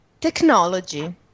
Technology